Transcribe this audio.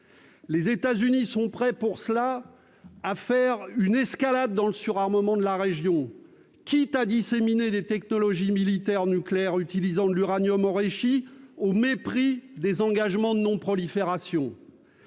profit. Ils sont prêts pour cela à encourager une escalade dans le surarmement de la région, quitte à disséminer des technologies militaires nucléaires utilisant de l'uranium enrichi, et ce au mépris des engagements de non-prolifération.